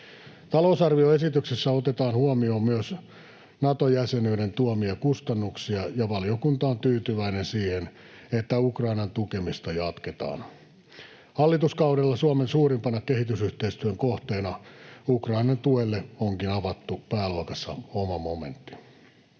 Talousarvioesityksessä otetaan huomioon myös Nato-jäsenyyden tuomia kustannuksia, ja valiokunta on tyytyväinen siihen, että Ukrainan tukemista jatketaan. Hallituskaudella Suomen suurimpana kehitysyhteistyön kohteena Ukrainan tuelle onkin avattu pääluokassa oma momentti.